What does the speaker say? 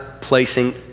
placing